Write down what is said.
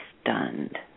stunned